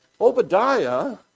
Obadiah